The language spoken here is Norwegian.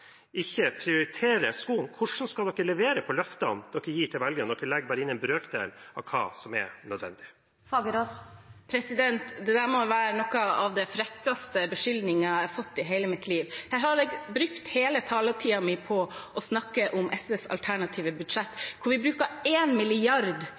ikke prioriterer skolen. Hvordan skal de levere på løftene de gir til velgerne? De legger bare inn en brøkdel av det som er nødvendig. Dette må være noe av den frekkeste beskyldningen jeg har fått i hele mitt liv. Jeg har brukt hele taletiden min på å snakke om SVs alternative